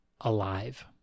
alive